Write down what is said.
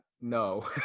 no